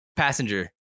Passenger